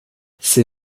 ces